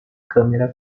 câmera